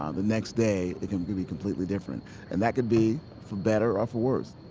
ah the next day, it can be be completely different and that can be for better or for worse